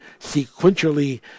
sequentially